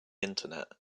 internet